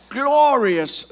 glorious